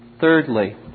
thirdly